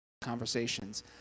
Conversations